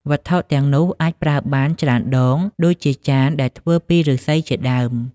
វត្ថុទាំងនោះអាចប្រើបានច្រើនដង ដូចជាចានដែលធ្វើពីឫស្សីជាដើម។